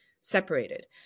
separated